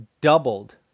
doubled